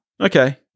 Okay